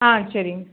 ஆ சரிங்க